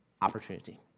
opportunity